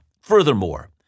Furthermore